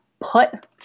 put